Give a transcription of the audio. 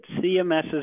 CMS's